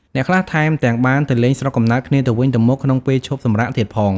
អ្នកខ្លះថែមទាំងបានទៅលេងស្រុកកំណើតគ្នាទៅវិញទៅមកក្នុងពេលឈប់សម្រាកទៀតផង។